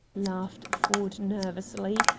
laughed ford nervously,